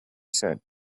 said